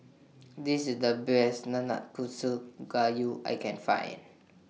This IS The Best Nanakusa Gayu I Can Find